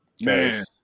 Man